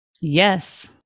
Yes